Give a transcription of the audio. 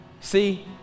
See